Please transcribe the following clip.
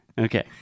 Okay